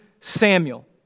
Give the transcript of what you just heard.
Samuel